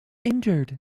injured